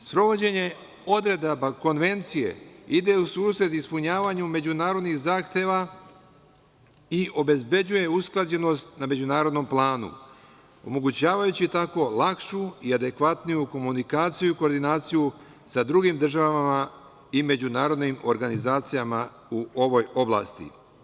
Sprovođenje odredaba Konvencije ide u susret ispunjavanju međunarodnih zahteva i obezbeđuje usklađenost na međunarodnom planu, omogućavajući tako lakšu i adekvatniju komunikaciju i koordinaciju sa drugim državama i međunarodnim organizacijama u ovoj oblasti.